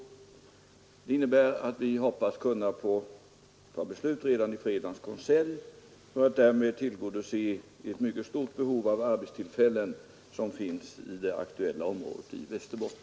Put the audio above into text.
Det innebär att vi hoppas kunna fatta beslut redan i fredagens konselj för att därmed tillgodose ett mycket stort behov av arbetstillfällen som finns i det aktuella området i Västerbotten.